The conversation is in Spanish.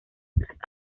tras